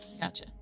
gotcha